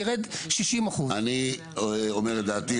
ירדו 60%. אני אומר את דעתי,